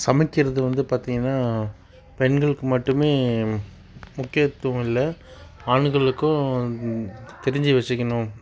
சமைக்கிறது வந்து பார்த்தீங்கனா பெண்களுக்கு மட்டுமே முக்கியத்துவம் இல்லை ஆண்களுக்கும் தெரிஞ்சு வச்சுக்கணும்